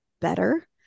better